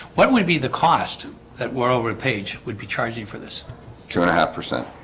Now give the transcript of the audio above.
what would be the cost that war over page would be charging for this two and a half percent?